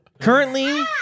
Currently